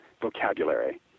Vocabulary